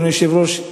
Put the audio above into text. אדוני היושב-ראש,